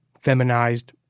feminized